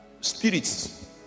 Spirits